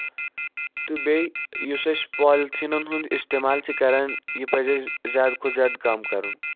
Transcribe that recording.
تہٕ بیٚیہِ یُس اَسہِ پالِتھیٖنن اِستعمال چھُ کران یہِ پَزِ اَسہِ زیادٕ کھۄتہٕ زیادٕ کَم کَرُن